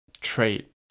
trait